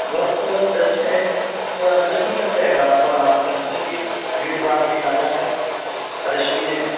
وقت دس منٹ یا دس منٹ لگ جائے گا آپ کو آرام سے اس لیے کہ بھیڑ بھاڑ کا علاقہ ہے اور رش بھی ہے